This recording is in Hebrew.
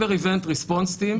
Cyber Event Response Team.